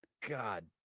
God